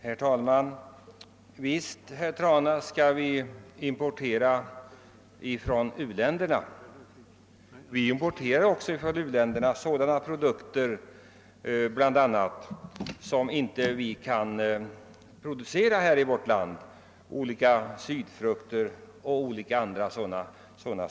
Herr talman! Visst, herr Trana, im porterar vi från u-länderna. Vi importerar därifrån bl.a. sådana varor som vi själva inte kan producera, t.ex. sydfrukter och andra liknande produkter.